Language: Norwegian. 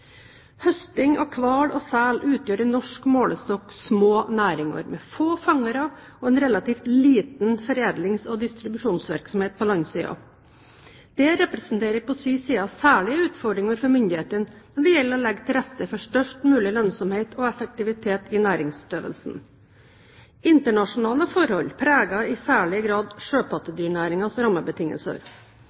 Høsting av hval og sel utgjør i norsk målestokk små næringer med få fangere og en relativt liten foredlings- og distribusjonsvirksomhet på landsiden. Dette representerer på sin side særlige utfordringer for myndighetene når det gjelder å legge til rette for størst mulig lønnsomhet og effektivitet i næringsutøvelsen. Internasjonale forhold preger i særlig grad sjøpattedyrnæringens rammebetingelser.